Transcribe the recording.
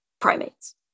primates